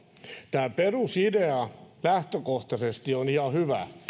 tämä perusidea lähtökohtaisesti on ihan hyvä